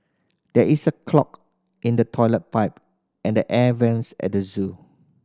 there is a clog in the toilet pipe and the air vents at the zoo